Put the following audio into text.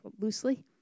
loosely